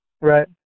Right